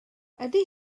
ydy